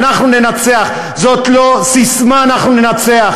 אנחנו ננצח, זאת לא ססמה, "אנחנו ננצח".